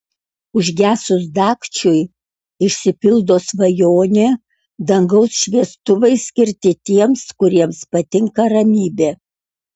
užgesus dagčiui išsipildo svajonė dangaus šviestuvai skirti tiems kuriems patinka ramybė